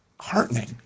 heartening